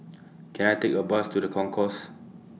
Can I Take A Bus to The Concourse